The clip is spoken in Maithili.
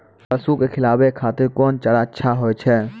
पसु के खिलाबै खातिर कोन चारा अच्छा होय छै?